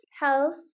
health